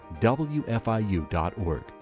WFIU.org